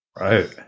Right